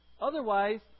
Otherwise